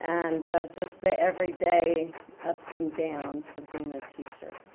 and just the everyday ups and downs of being a teacher.